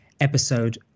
episode